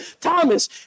Thomas